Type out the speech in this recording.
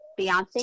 Beyonce